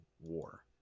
war